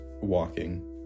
walking